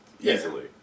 easily